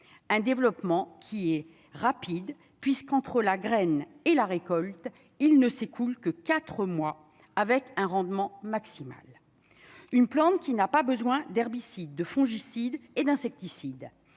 un développement qui est rapide, puisqu'entre la graine et la récolte, il ne s'écoule que 4 mois avec un rendement maximal, une plante qui n'a pas besoin d'herbicides, de fongicides et d'insecticides,